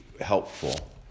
helpful